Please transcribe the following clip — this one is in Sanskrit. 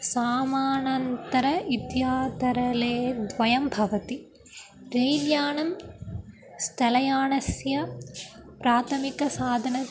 सामानन्तरम् इत्यातरले द्वयं भवति रैल्यानं स्थलयानस्य प्राथमिकसाधनम्